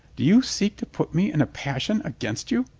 do you seek to put me in a passion against you?